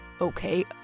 Okay